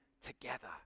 together